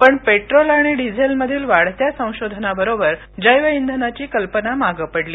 पण पेट्रोल आणि डिझेलमधील वाढत्या संशोधनाबरोबर जैवइंधनाची कल्पना मागं पडली